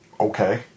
Okay